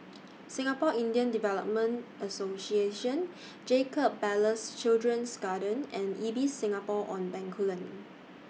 Singapore Indian Development Association Jacob Ballas Children's Garden and Ibis Singapore on Bencoolen